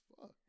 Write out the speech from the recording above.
fuck